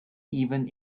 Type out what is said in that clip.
even